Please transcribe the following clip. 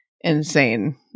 insane